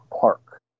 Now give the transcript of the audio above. Park